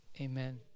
Amen